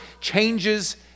changes